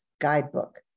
Guidebook